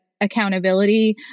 accountability